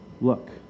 look